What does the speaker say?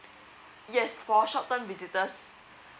yes for short term visitors